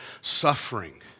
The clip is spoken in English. suffering